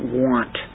want